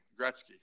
Gretzky